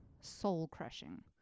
soul-crushing